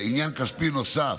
עניין כספי נוסף,